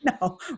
No